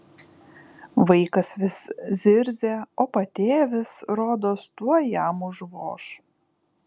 vaikas vis zirzė o patėvis rodos tuoj jam užvoš